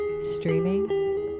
streaming